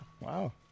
Wow